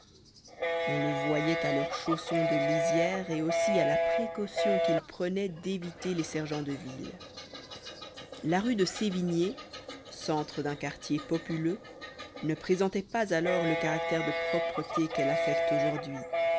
on le voyait à leurs chaussons de lisière et aussi à la précaution qu'ils prenaient d'éviter les sergents de ville la rue de sévigné centre d'un quartier populeux ne présentait pas alors le caractère de propreté qu'elle affecte aujourd'hui